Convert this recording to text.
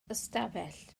ystafell